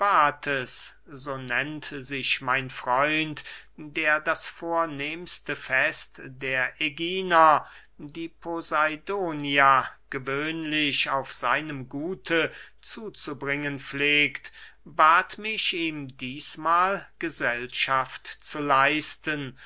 der äginer die poseidonia gewöhnlich auf seinem gute zuzubringen pflegt bat mich ihm dießmahl gesellschaft zu leisten